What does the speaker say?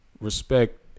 respect